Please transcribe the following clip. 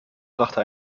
brachte